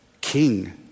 King